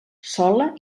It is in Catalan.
sola